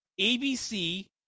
ABC